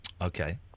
Okay